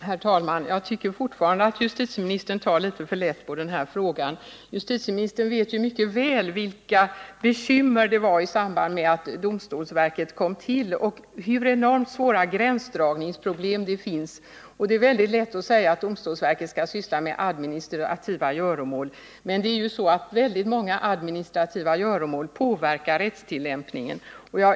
Herr talman! Jag tycker fortfarande att justitieministern tar litet för lätt på den här frågan. Justitieministern vet ju mycket väl vilka bekymmer det var i samband med att domstolsverket kom till och hur enormt svåra gränsdragningsproblem som finns. Det är lätt att säga att domstolsverket skall syssla med administrativa göromål, men det är ju så att väldigt många sådana administrativa göromål påverkar rättstillämpningen.